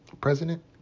president